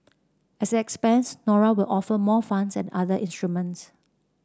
as it expands Nora will offer more funds and other instruments